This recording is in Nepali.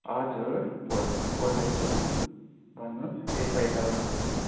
हजुर बोल्दैछु भन्नुहोस् के सहायता गर्न सक्छु